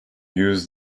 use